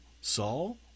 saul